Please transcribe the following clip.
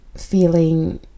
feeling